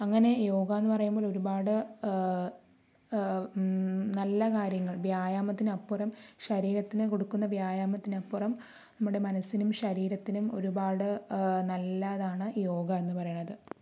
അങ്ങനെ യോഗ എന്ന് പറയുമ്പോൾ ഒരുപാട് നല്ല കാര്യങ്ങൾ വ്യായാമത്തിനപ്പുറം ശരീരത്തിന് കൊടുക്കുന്ന വ്യായാമത്തിനപ്പുറം നമ്മുടെ മനസ്സിനും ശരീരത്തിനും ഒരുപാട് നല്ലതാണ് യോഗ എന്ന് പറയുന്നത്